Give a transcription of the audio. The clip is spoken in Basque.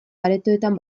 aretoan